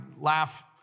laugh